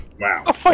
Wow